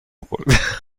خورد